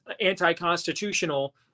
anti-constitutional